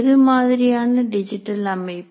எது மாதிரியான டிஜிட்டல் அமைப்பு